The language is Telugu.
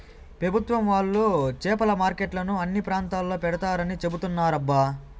పెభుత్వం వాళ్ళు చేపల మార్కెట్లను అన్ని ప్రాంతాల్లో పెడతారని చెబుతున్నారబ్బా